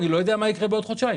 אני לא יודע מה יקרה בעוד חודשיים.